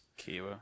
Kiwa